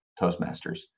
toastmasters